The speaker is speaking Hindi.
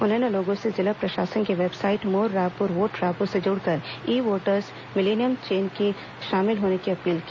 उन्होंने लोगों से जिला प्रशासन की वेबसाइट मोर रायपुर वोट रायपुर से जुड़कर ई वोटर्स मिलेनियम चेन में शामिल होने की अपील की